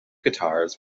guitars